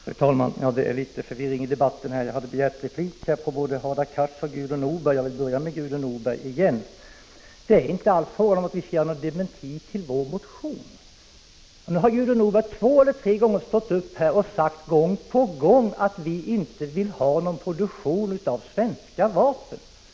Fru talman! Det är litet förvirring i debatten. Jag hade begärt replik på både Hadar Cars och Gudrun Norbergs anförande, och jag vill nu börja med Gudrun Norbergs inlägg. Det är inte fråga om någon dementi av vår motion. Gudrun Norberg har två eller tre gånger sagt att vi inte vill ha någon svensk produktion av vapen.